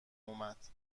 اومد